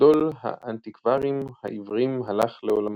גדול האנטיקווארים העברים הלך לעולמו,